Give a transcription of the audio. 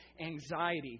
anxiety